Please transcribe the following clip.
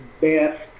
best